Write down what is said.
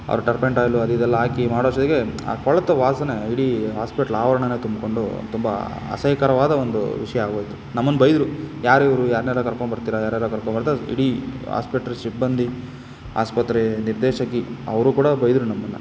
ಅವ್ರು ಟರ್ಪೆಂಟೋಯ್ಲು ಅದು ಇದೆಲ್ಲ ಹಾಕಿ ಮಾಡೋ ಅಷ್ಟೊತ್ತಿಗೆ ಆ ಕೊಳೆತ ವಾಸನೆ ಇಡೀ ಹಾಸ್ಪೆಟ್ಲ್ ಆವರಣನೇ ತುಂಬಿಕೊಂಡು ತುಂಬ ಅಸಹ್ಯಕರವಾದ ಒಂದು ವಿಷಯ ಆಗೋಯಿತು ನಮ್ಮನ್ನು ಬೈದರು ಯಾರು ಇವರು ಯಾರನ್ನೆಲ್ಲ ಕರ್ಕೊಂಡ್ಬರ್ತೀರ ಯಾರು ಯಾರೋ ಕರ್ಕೊಬರ್ತಾ ಇಡೀ ಆಸ್ಪೆಟ್ರ್ ಸಿಬ್ಬಂದಿ ಆಸ್ಪತ್ರೆ ನಿರ್ದೇಶಕಿ ಅವರೂ ಕೂಡ ಬೈದರು ನಮ್ಮನ್ನು